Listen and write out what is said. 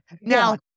Now